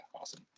awesome